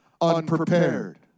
unprepared